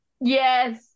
yes